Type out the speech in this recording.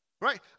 right